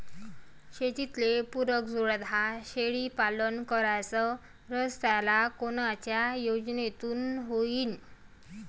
शेतीले पुरक जोडधंदा शेळीपालन करायचा राह्यल्यास कोनच्या योजनेतून होईन?